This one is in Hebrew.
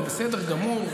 זה בסדר גמור,